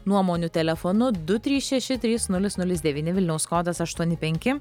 nuomonių telefonu du trys šeši trys nulis nulis devyni vilniaus kodas aštuoni penki